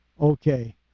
Okay